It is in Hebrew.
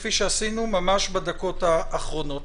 כפי שעשינו ממש בדקות האחרונות.